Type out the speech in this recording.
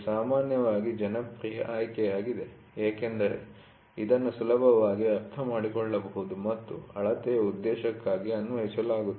ಇದು ಸಾಮಾನ್ಯವಾಗಿ ಜನಪ್ರಿಯ ಆಯ್ಕೆಯಾಗಿದೆ ಏಕೆಂದರೆ ಇದನ್ನು ಸುಲಭವಾಗಿ ಅರ್ಥಮಾಡಿಕೊಳ್ಳಬಹುದು ಮತ್ತು ಅಳತೆಯ ಉದ್ದೇಶಕ್ಕಾಗಿ ಅನ್ವಯಿಸಲಾಗುತ್ತದೆ